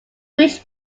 reached